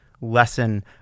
lesson